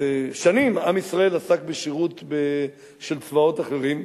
שנים עם ישראל עסק בשירות של צבאות אחרים,